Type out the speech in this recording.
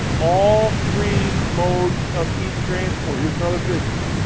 all three modes of heat transfer. here's another picture.